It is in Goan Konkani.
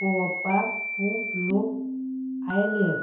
पळोवपाक खूब लोक आयले